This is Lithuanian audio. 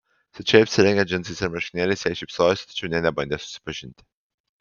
svečiai apsirengę džinsais ir marškinėliais jai šypsojosi tačiau nė nebandė susipažinti